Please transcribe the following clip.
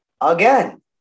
again